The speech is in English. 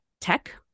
tech